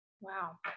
wow